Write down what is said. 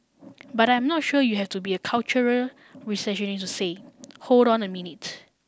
but I am not sure you have to be a cultural reactionary to say hold on a minute